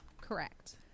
Correct